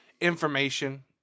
information